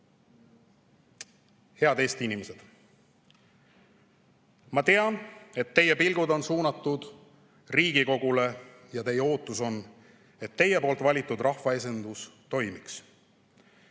Head Eesti inimesed! Ma tean, et teie pilgud on suunatud Riigikogule ja teie ootus on, et teie valitud rahvaesindus toimiks.